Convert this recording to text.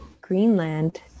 Greenland